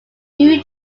new